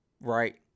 Right